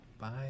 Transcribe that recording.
Bye